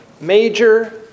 major